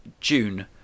June